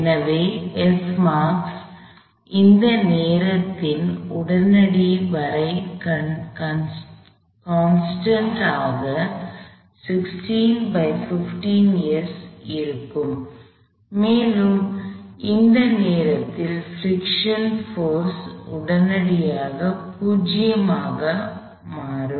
எனவே இந்த நேரத்தின் உடனடி வரை கான்ஸ்டன்ட் ஆக இருக்கும் மேலும் அந்த நேரத்தில் ஒரு பிரிக்ஷன் போர்ஸ் உடனடியாக 0 ஆக மாறும்